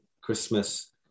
Christmas